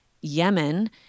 Yemen